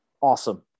awesome